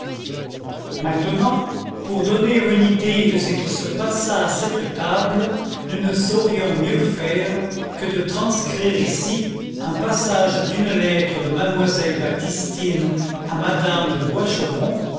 maintenant pour donner une idée de ce qui se passa à cette table nous ne saurions mieux faire que de transcrire ici un passage d'une lettre de mademoiselle baptistine à madame de